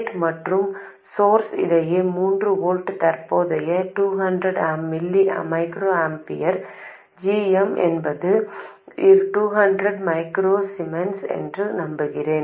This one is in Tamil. கேட் மற்றும் சோர்ஸ் இடையே 3 வோல்ட் தற்போதைய 200 மைக்ரோஆம்பியர் g m என்பது 200 மைக்ரோ சீமென்ஸ் என்று நம்புகிறேன்